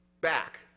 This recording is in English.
back